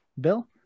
Bill